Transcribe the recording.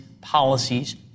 policies